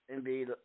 NBA